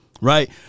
right